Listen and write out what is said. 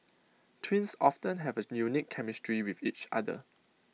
twins often have A unique chemistry with each other